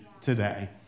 today